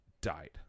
died